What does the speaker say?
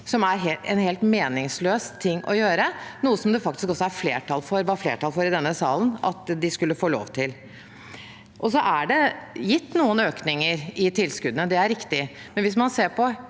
som er en helt meningsløs ting å gjøre, og noe som det faktisk også var flertall for i denne salen at de skulle få lov til. Det er gitt noen økninger i tilskuddene, det er riktig,